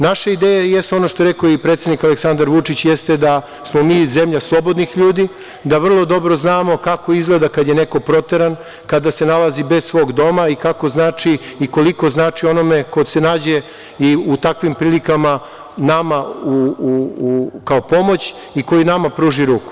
Naše ideje jesu, ono što je rekao i predsednik Aleksandar Vučić jeste da smo mi zemlja slobodnih ljudi, da vrlo dobro znamo kako izgleda kada je neko proteran, kada se nalazi bez svog doma i kako znači i koliko znači onome kad se nađe i u takvim prilikama nama kao pomoć i koji nama pruži ruku.